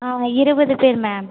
இருபது பேர் மேம்